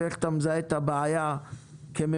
ואיך אתה מזהה את הבעיה כממשלה,